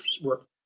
work